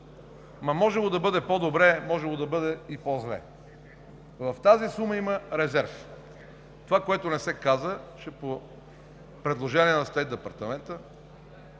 можело да бъде по-добре, можело да бъде и по-зле. В тази сума има резерв. Това, което не се каза, е, че по предложение на Стейт департамента